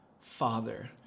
Father